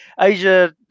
Asia